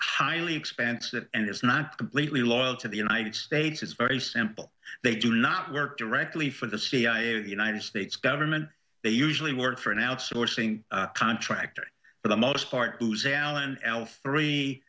highly expensive and is not completely loyal to the united states is very simple they do not work directly for the cia or the united states government they usually work for an outsourcing contractor for the most part